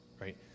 Right